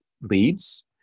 leads